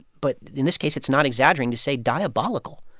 but in this case, it's not exaggerating to say diabolical.